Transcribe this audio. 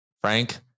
Frank